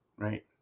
Right